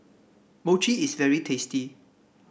mochi is very tasty